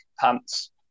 pants